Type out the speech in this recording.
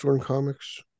comics